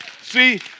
See